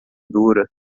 dura